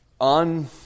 On